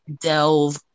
delve